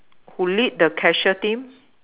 who lead the cashier team